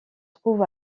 trouve